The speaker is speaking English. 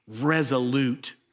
resolute